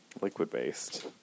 Liquid-based